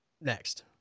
next